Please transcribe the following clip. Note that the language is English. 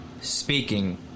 speaking